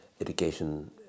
education